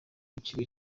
w’ikigo